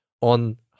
on